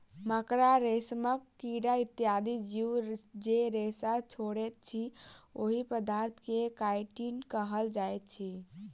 मकड़ा, रेशमक कीड़ा इत्यादि जीव जे रेशा छोड़ैत अछि, ओहि पदार्थ के काइटिन कहल जाइत अछि